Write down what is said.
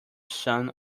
sum